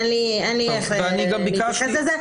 אין לי איך להתייחס לזה.